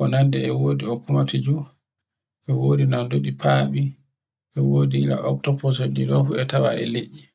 o nanda e okkuma to ju, e wodi nanduɗi fabi, e wori iri oktapus. E ɗi ɗ fu e tawa e liɗɗi.